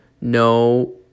No